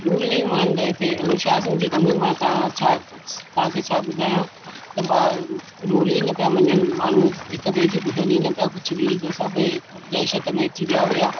rule नही मान रहे थे अनुशासन जी कमी मां तव्हां छा तव्हांखे छा ॿुधाया त ॿ रुल ई न पिया मञनि माण्हू हिक ॿिए जी ॿुधनि ई न पिया कुझु बि जे सभु दहशत में अची विया हुआ